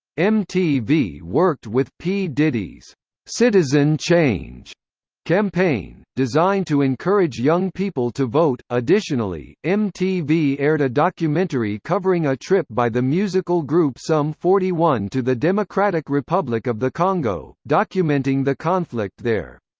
mtv worked with p. diddy's citizen change campaign, designed to encourage young people to vote additionally, mtv aired a documentary covering a trip by the musical group sum forty one to the democratic republic of the congo, documenting the conflict there.